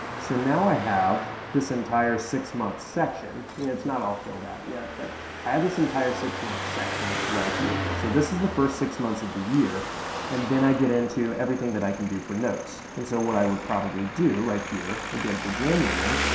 so now i have this entire six months section. it's not all filled out yet, but i have this entire six months section right here. so this is the first six months of the year and then i get into everything that i can do for notes. and so what i would probably do right here, again for january,